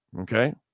Okay